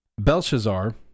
Belshazzar